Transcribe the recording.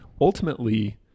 ultimately